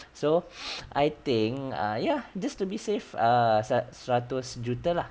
so I think uh ya just to be safe ah seratus juta lah